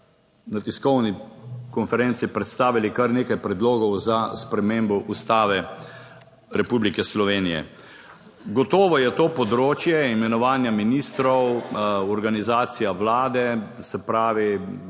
na tiskovni konferenci predstavili kar nekaj predlogov za spremembo Ustave Republike Slovenije. Gotovo je to področje imenovanja ministrov organizacija Vlade. Se pravi,